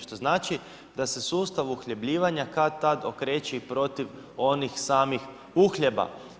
Što znači da se sustav uhljebljivanja kad-tad okreće i protiv onih samih uhljeba.